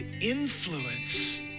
influence